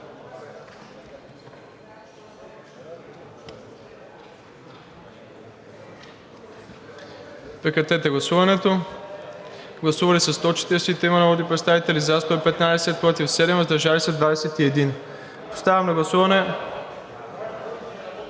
поставям на гласуване